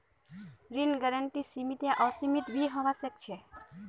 ऋण गारंटी सीमित या असीमित भी होवा सकोह